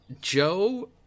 Joe